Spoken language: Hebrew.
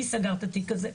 מי סגר את התיק הזה?